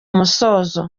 musozo